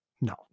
no